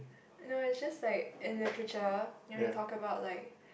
no its just like in literature when we talk about like